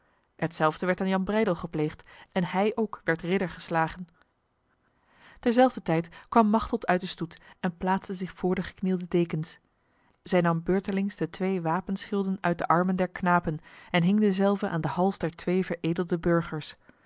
hetzelfde werd aan jan breydel gepleegd en hij ook werd ridder geslagen terzelfder tijd kwam machteld uit de stoet en plaatste zich voor de geknielde dekens zij nam beurtelings de twee wapenschilden uit de armen der knapen en hing dezelve aan de hals der twee veredelde burgers